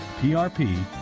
PRP